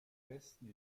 besten